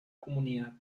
comunidad